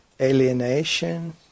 alienation